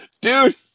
dude